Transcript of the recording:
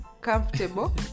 comfortable